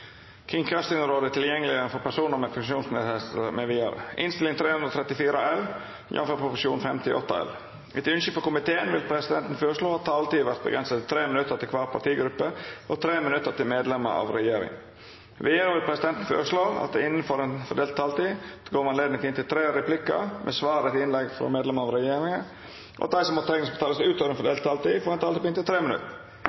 Etter ynske frå komiteen vil presidenten føreslå at taletida vert avgrensa til 3 minutt til kvar partigruppe og 3 minutt til medlemer av regjeringa. Vidare vil presidenten føreslå at det – innanfor den fordelte taletida – vert gjeve anledning til inntil tre replikkar med svar etter innlegg frå medlemer av regjeringa, og at dei som måtte teikna seg på talerlista utover